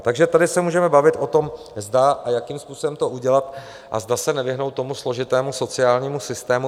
Takže tady se můžeme bavit o tom, zda a jakým způsobem to udělat a zda se nevyhnout tomu složitému sociálnímu systému.